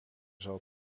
zal